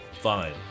Fine